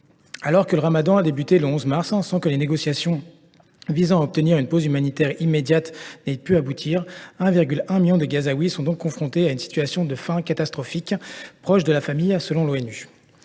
Alors que le ramadan a débuté le 11 mars courant, sans que les négociations visant à obtenir une pause humanitaire immédiate aient pu aboutir, 1,1 million de Gazaouis se retrouvent donc confrontés à la faim, dans une situation catastrophique, proche de la famine selon l’ONU.